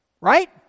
Right